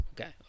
Okay